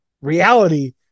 reality